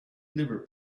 liver